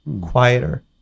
quieter